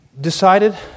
decided